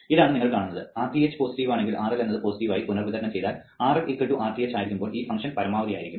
ഇതാണ് നിങ്ങൾ കാണുന്നത് Rth പോസിറ്റീവ് ആണെങ്കിൽ RL എന്നത് പോസിറ്റീവ് ആയി പുനർവിതരണം ചെയ്താൽ RL Rth ആയിരിക്കുമ്പോൾ ഈ ഫംഗ്ഷൻ പരമാവധി ആയിരിക്കും